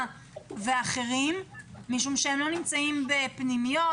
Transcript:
ואחרים משום שהם לא נמצאים בפנימיות,